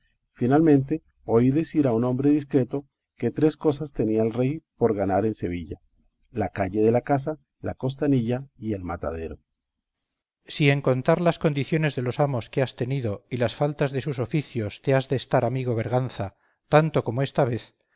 finalmente oí decir a un hombre discreto que tres cosas tenía el rey por ganar en sevilla la calle de la caza la costanilla y el matadero cipión si en contar las condiciones de los amos que has tenido y las faltas de sus oficios te has de estar amigo berganza tanto como esta vez